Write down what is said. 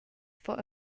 for